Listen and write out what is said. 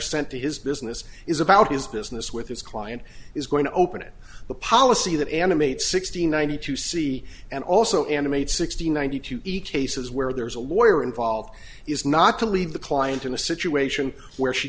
sent to his business is about his business with his client is going to open it the policy that animates sixty ninety two c and also animate sixty ninety two each cases where there is a lawyer involved is not to leave the client in a situation where she